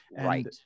Right